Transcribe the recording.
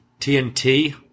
TNT